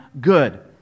good